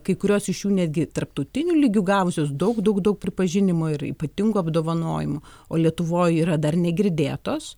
kai kurios iš jų netgi tarptautiniu lygiu gavusios daug daug daug pripažinimo ir ypatingų apdovanojimų o lietuvoj yra dar negirdėtos